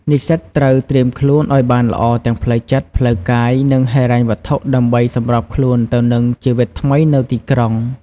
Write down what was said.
និស្សិតត្រូវត្រៀមខ្លួនឲ្យបានល្អទាំងផ្លូវចិត្ត ផ្លូវកាយ និងហិរញ្ញវត្ថុ ដើម្បីសម្របខ្លួនទៅនឹងជីវិតថ្មីនៅទីក្រុង។